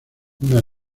una